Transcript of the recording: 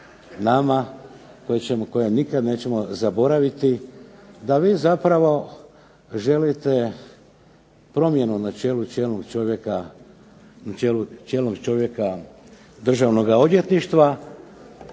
koje nikad nećemo zaboraviti da vi zapravo želite promjenu na čelu čelnog čovjeka Državnoga odvjetništva.